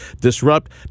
disrupt